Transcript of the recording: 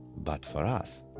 but for us,